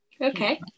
Okay